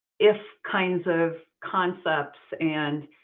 if kinds of concepts and